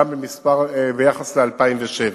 ביחס ל-2007.